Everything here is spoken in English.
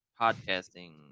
podcasting